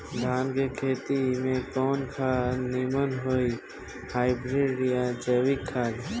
धान के खेती में कवन खाद नीमन होई हाइब्रिड या जैविक खाद?